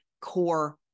core